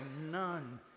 none